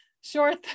short